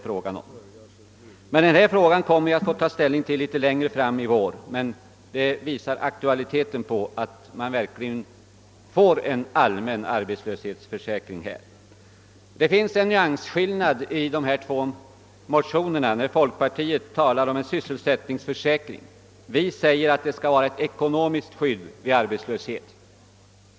— Denna fråga kommer vi att få ta ställning till litet längre fram i vår. Jag har emellertid velat beröra den, eftersom den visar angelägenheten av att en allmän arbetslöshetsförsäkring kommer till stånd. Det finns en nyansskillnad mellan folkpartiets och våra motioner. I folkpartimotionen talas om en sysselsättningsförsäkring, medan det i vår motion talas om ett ekonomiskt skydd vid arbetslöshet.